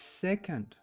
second